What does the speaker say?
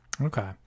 Okay